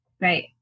Right